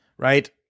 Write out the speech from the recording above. Right